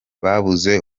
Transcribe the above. babuze